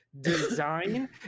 design